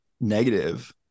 negative